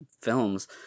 films